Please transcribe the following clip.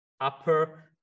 upper